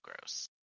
gross